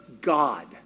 God